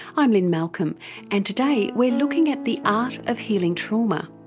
i'm lynne malcolm and today we're looking at the art of healing trauma.